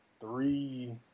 three